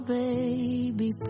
baby